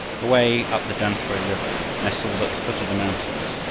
away up the tamsui river, nestled at the foot of the mountains,